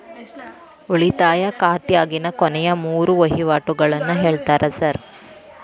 ಉಳಿತಾಯ ಖಾತ್ಯಾಗಿನ ಕೊನೆಯ ಮೂರು ವಹಿವಾಟುಗಳನ್ನ ಹೇಳ್ತೇರ ಸಾರ್?